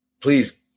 please